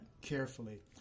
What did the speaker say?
carefully